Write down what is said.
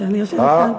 כשאני יושבת כאן,